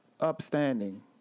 upstanding